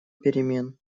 перемен